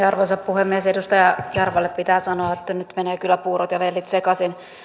arvoisa puhemies edustaja jarvalle pitää sanoa että nyt menee kyllä puurot ja vellit sekaisin